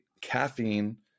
caffeine